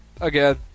Again